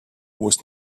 was